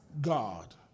God